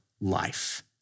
life